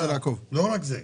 לא רק זה.